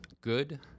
good